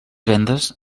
vendes